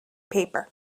paper